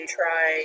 try